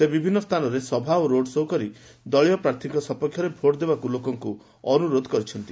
ସେ ବିଭିନ୍ନ ସ୍ଥାନରେ ସଭା ଓ ରୋଡ୍ ଶୋ' କରି ଦଳୀୟ ପ୍ରାର୍ଥୀଙ୍କ ସପକ୍ଷରେ ଭୋଟ୍ ଦେବାକୁ ଲୋକଙ୍କୁ ଅନୁରୋଧ କରିଛନ୍ତି